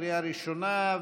לקריאה ראשונה,